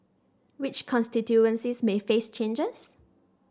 which constituencies may face changes